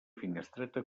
finestreta